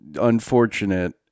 unfortunate